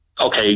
okay